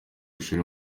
ishuri